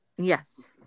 Yes